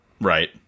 Right